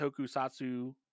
tokusatsu